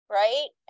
right